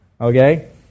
Okay